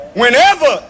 whenever